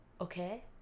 okay